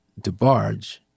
DeBarge